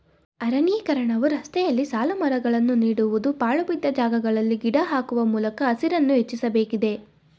ಅರಣ್ಯೀಕರಣವು ರಸ್ತೆಯಲ್ಲಿ ಸಾಲುಮರಗಳನ್ನು ನೀಡುವುದು, ಪಾಳುಬಿದ್ದ ಜಾಗಗಳಲ್ಲಿ ಗಿಡ ಹಾಕುವ ಮೂಲಕ ಹಸಿರನ್ನು ಹೆಚ್ಚಿಸಬೇಕಿದೆ